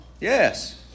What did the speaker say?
Yes